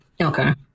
Okay